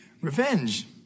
revenge